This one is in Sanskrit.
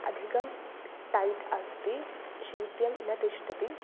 अधिकं टैट् अस्ति शैत्यं न तिष्ठति